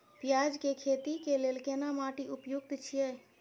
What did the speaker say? पियाज के खेती के लेल केना माटी उपयुक्त छियै?